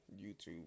YouTube